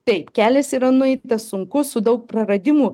taip kelias yra nueitas sunkus su daug praradimų